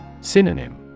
Synonym